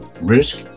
risk